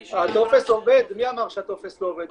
הטופס עובד, מי אמר שהטופס לא עובד?